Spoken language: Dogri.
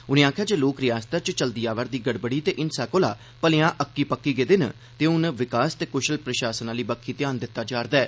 उनें आक्खेआ जे लोक रिआसतै च चलदी आवा'रदी गड़बड़ी ते हिंसा कोला मलेयां अक्की पक्की गेदे न ते हून विकास ते कुशल प्रशासन आली बक्खी ध्यान दित्ता जा'रदा ऐ